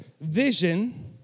vision